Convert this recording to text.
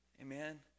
Amen